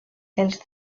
els